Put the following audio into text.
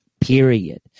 period